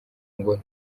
ngo